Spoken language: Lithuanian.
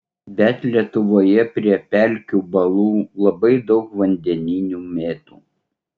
bet lietuvoje prie pelkių balų labai daug vandeninių mėtų